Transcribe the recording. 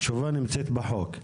התשובה נמצאת בחוק.